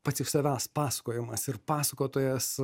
pats iš savęs pasakojimas ir pasakotojas